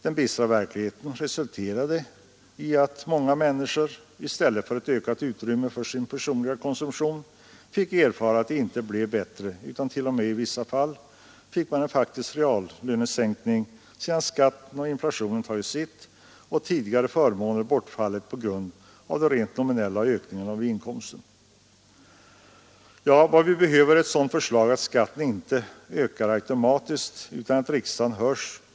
Den bistra verkligheten blev att många människor inte fick något ökat utrymme för sin personliga konsumtion utan t.o.m. i vissa fall fick en reallönesänkning, sedan skatten och inflationen tagit sitt och tidigare förmåner bortfallit på grund av den rent nominella ökningen av inkomsten. Vad vi behöver är sådana förslag att skatten inte ökas automatiskt utan att riksdagen hörs.